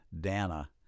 dana